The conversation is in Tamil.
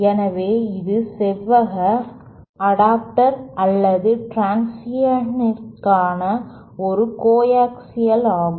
எனவே இது செவ்வக அடாப்டர் அல்லது டிரன்சிஷனிற்கான ஒரு கோஆக்சியல் ஆகும்